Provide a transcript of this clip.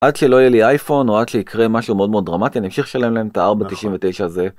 עד שלא יהיה לי אייפון או עד שיקרה משהו מאוד מאוד דרמטי אני אמשיך לשלם להם את ה-499 הזה.